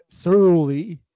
thoroughly